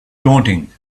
daunting